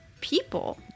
people